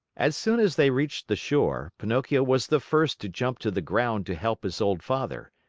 as soon as they reached the shore, pinocchio was the first to jump to the ground to help his old father.